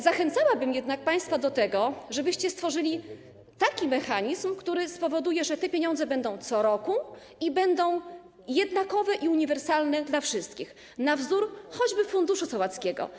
Zachęcałabym jednak państwa do tego, żebyście stworzyli taki mechanizm, który spowoduje, że te pieniądze będą co roku i będą jednakowe i uniwersalne dla wszystkich, na wzór choćby funduszu sołeckiego.